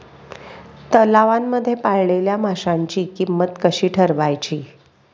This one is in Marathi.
तलावांमध्ये पाळलेल्या माशांची किंमत कशी ठरवायची?